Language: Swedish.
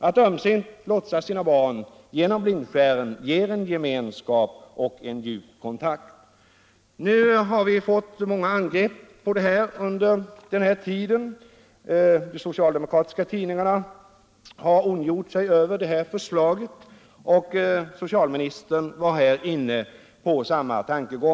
Att ömsint lotsa sina barn förbi blindskären ger gemenskap och djup kontakt. Detta vårt förslag har mötts av många angrepp. De socialdemokratiska tidningarna har sålunda ondgjort sig över förslaget, och socialministern har här varit inne på samma linje.